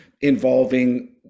involving